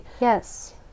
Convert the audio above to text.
yes